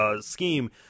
scheme